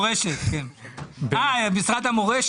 אלי דלל, האם אתה עומד על זה?